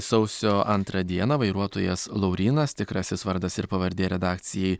sausio antrą dieną vairuotojas laurynas tikrasis vardas ir pavardė redakcijai